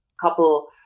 couple